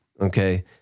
Okay